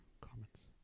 comments